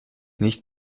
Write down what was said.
nicht